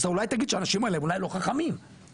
אז אולי תגיד שהאנשים האלה הם אולי לא חכמים אוקי?